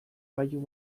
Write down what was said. gailu